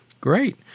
Great